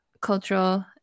cultural